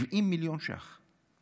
70 מיליון ש"ח.